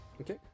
Okay